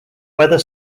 whether